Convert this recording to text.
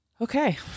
Okay